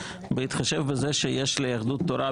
בהתחשב בזה שיש ליהדות התורה,